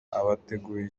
abateguye